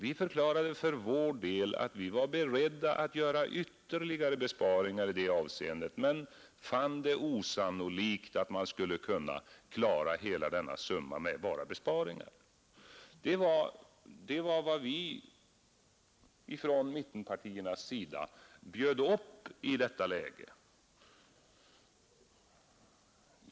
Vi förklarade för vår del att vi var beredda att göra ytterligare besparingar i detta avseende men fann det osannolikt att man skulle kunna klara hela denna summa med bara besparingar. Det var vad vi från mittenpartiernas sida ”bjöd upp” i detta läge.